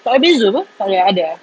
takde beza apa takde ada eh